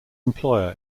employer